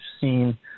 seen